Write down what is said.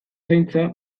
zaintza